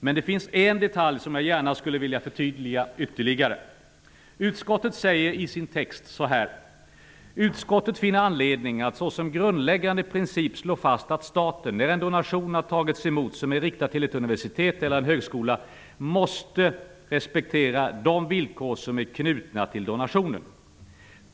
Men det finns en detalj som jag gärna skulle vilja förtydliga ytterligare. Utskottet säger i sin text: ''Utskottet finner anledning att såsom grundläggande princip slå fast att staten, när en donation har tagits emot som är riktad till ett universitet eller en högskola, måste respektera de villkor som är knutna till donationen.''